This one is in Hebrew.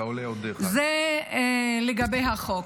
זה לגבי החוק.